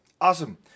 Awesome